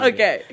Okay